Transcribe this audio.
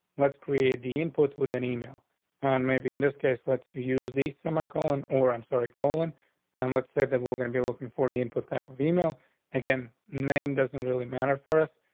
let's create the input with an email and maybe, in this case, let's use this. am i calling or i'm sorry calling and let's say that we're gonna be looking for the input type of email again, name doesn't really matter for us.